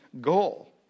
goal